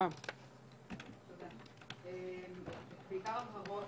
בעיקר הבהרות.